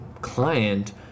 client